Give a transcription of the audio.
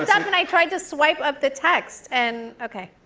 up, and i tried to swipe up the text and okay.